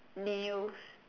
nails